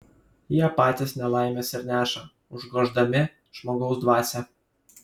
jie patys nelaimes ir neša užgoždami žmogaus dvasią